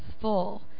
full